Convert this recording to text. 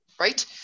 right